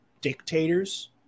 dictators